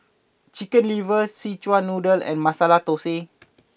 Chicken Liver Szechuan Noodle and Masala Thosai